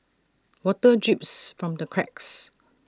water drips from the cracks